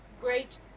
great